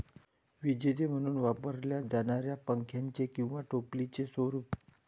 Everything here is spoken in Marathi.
विजेते म्हणून वापरल्या जाणाऱ्या पंख्याचे किंवा टोपलीचे स्वरूप